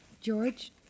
George